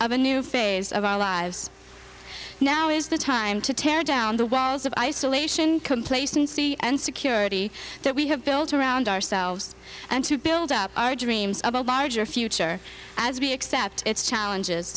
new phase of our lives now is the time to tear down the walls of isolation complacency and security that we have built around ourselves and to build up our dreams of a barger future as we accept its challenges